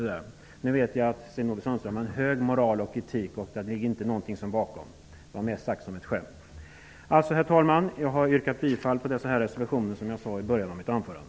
Men nu vet jag att Sten-Ove Sundström har en hög moral och att det inte ligger någonting sådant bakom. Det var mera sagt som ett skämt. Herr talman! Jag yrkar bifall till de reservationer som jag nämnde i början av mitt anförande.